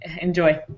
Enjoy